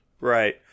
Right